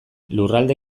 lurralde